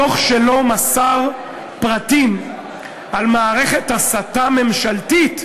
הדוח שלו מסר פרטים על מערכת הסתה ממשלתית,